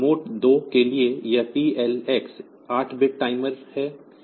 mode 2 के लिए यह TLX 8 बिट टाइमर है